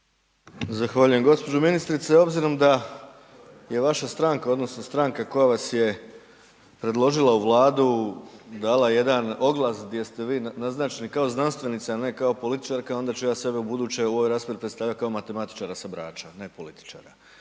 Zahvaljujem. Gđo. ministrice, obzirom da je vaša stranka odnosno stranka koja vas je predložila u Vladu dala jedan oglas gdje ste vi naznačeni kao znanstvenica a ne kao političarka onda će ja sebe ubuduće u ovoj raspravi predstavljati kao matematičara sa Brača, a ne političara.